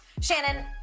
Shannon